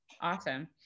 Awesome